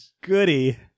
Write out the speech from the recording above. goody